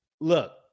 look